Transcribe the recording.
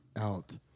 out